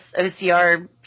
OCR